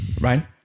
Right